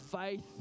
faith